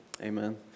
Amen